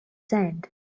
sand